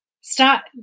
start